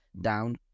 down